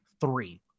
three